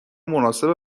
مناسب